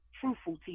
truthful